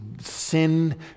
sin